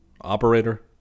operator